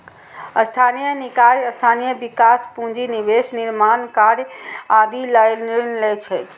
स्थानीय निकाय स्थानीय विकास, पूंजी निवेश, निर्माण कार्य आदि लए ऋण लै छै